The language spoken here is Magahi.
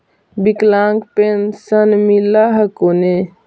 विकलांग पेन्शन मिल हको ने?